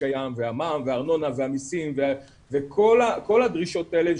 קיים והמע"מ והארנונה והמסים וכל הדרישות האלה,